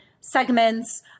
segments